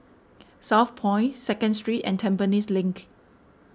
Southpoint Second Street and Tampines Link